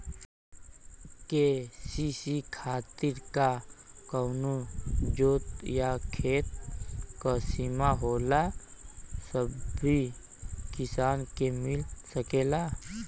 KCC खातिर का कवनो जोत या खेत क सिमा होला या सबही किसान के मिल सकेला?